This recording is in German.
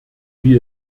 wie